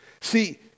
See